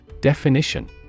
Definition